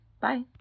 Bye